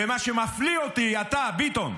ומה שמפליא אותי, אתה, ביטון,